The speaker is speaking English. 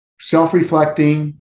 self-reflecting